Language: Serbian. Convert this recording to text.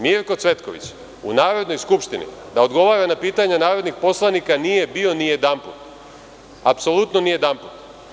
Mirko Cvetković, u Narodnoj skupštini da odgovara na pitanja narodnih poslanika nije bio ni jedanput, apsolutno ni jedanput.